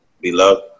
beloved